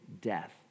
death